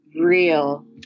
real